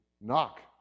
knock